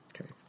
Okay